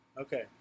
Okay